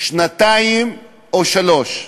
שנתיים או שלוש.